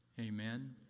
amen